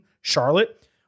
Charlotte